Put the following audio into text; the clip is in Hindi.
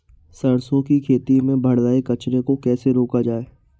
सरसों की खेती में बढ़ रहे कचरे को कैसे रोका जाए?